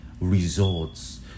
results